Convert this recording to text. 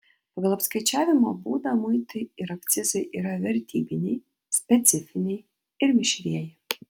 pagal apskaičiavimo būdą muitai ir akcizai yra vertybiniai specifiniai ir mišrieji